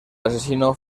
asesino